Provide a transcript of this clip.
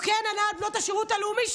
הוא כן ענה על בנות השירות הלאומי,